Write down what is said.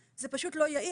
זה פשוט לא יעיל,